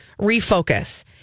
refocus